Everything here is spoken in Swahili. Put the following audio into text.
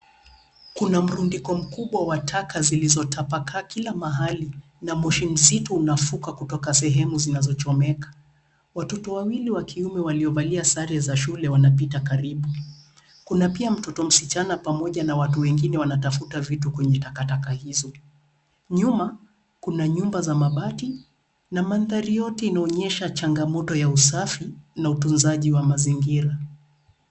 Kuna mrundiko mkubwa wa taka zilizotapakaa kila mahali, na moshi mzito unafuka kutoka sehemu zinazochomeka. Watoto wawili wa kiume waliovalia sare za shule wanapita karibu. Kuna pia mtoto msichana pamoja na watu wengine wanatafuta vitu kwenye takataka hizo. Nyuma, kuna nyumba za mabati na mandhari yote inaonesha changamoto ya usafi na utunzaji wa mazingira